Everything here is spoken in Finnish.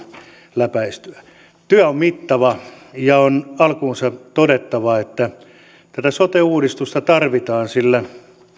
läpäistyä työ on mittava ja on alkuunsa todettava että tätä sote uudistusta tarvitaan sillä